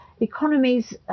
economies